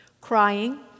crying